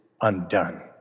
undone